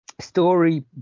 Story